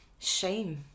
shame